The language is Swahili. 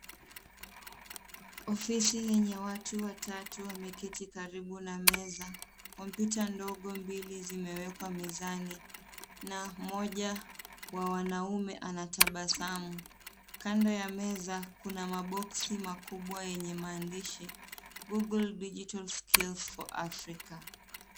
Ofisi yenye watu watatu wameketi karibu na meza. Kompyuta ndogo mbili zimewekwa mezani na mmoja wa wanaume anatabasamu. Kando ya meza kuna maboksi makubwa yenye maandishi Google Digital Skills for Africa .